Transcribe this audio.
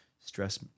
stress